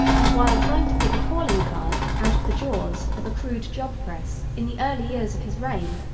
and while trying to pick a calling card out of the jaws of a crude job-press in the early years of his reign,